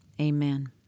Amen